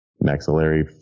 maxillary